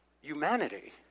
humanity